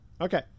Okay